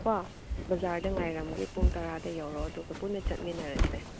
ꯀꯣ ꯕꯖꯥꯔꯗ ꯉꯥꯏꯔꯝꯒꯦ ꯄꯨꯡ ꯇꯔꯥꯗ ꯌꯧꯔꯛꯑꯣ ꯑꯗꯨꯒ ꯄꯨꯟꯅ ꯆꯠꯃꯤꯟꯅꯔꯁꯦ